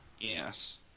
Yes